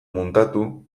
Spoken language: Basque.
muntatu